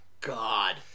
God